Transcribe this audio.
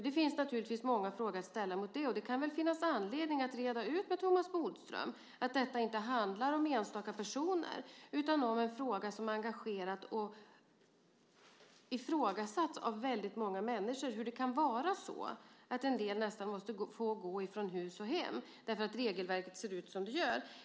Det finns naturligtvis många frågor att ställa om det. Och det kan väl finnas anledning att reda ut med Thomas Bodström att detta inte handlar om enstaka personer. Detta är något som har engagerat och ifrågasatts av väldigt många människor. Man undrar hur det kan vara så att en del människor nästan får gå från hus och hem därför att regelverket ser ut som det gör.